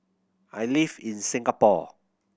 I live in Singapore